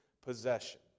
possession